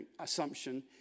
assumption